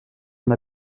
dans